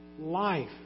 life